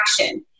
action